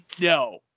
no